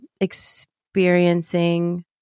experiencing